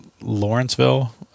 Lawrenceville